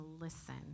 listen